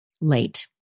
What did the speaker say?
late